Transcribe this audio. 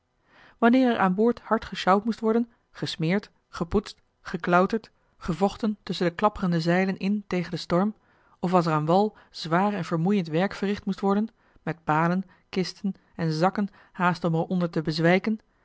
er aan boord hard gesjouwd moest worden gesmeerd gepoetst geklauterd gevochten tusschen de klapperende zeilen in tegen den storm of als er aan wal zwaar en vermoeiend werk verricht moest worden met balen kisten en zakken haast om er onder te bezwijken